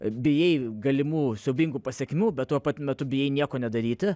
bijai galimų siaubingų pasekmių bet tuo pat metu bijai nieko nedaryti